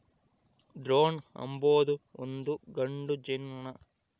drone ಅಂಬೊದು ಒಂದು ಗಂಡು ಜೇನುನೊಣ